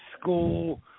school